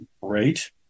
great